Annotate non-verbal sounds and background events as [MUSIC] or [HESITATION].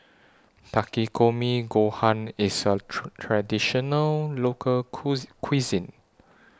Takikomi Gohan IS A [HESITATION] Traditional Local [HESITATION] Cuisine